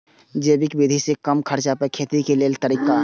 जैविक विधि से कम खर्चा में खेती के लेल तरीका?